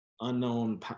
unknown